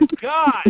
God